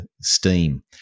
steam